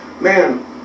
man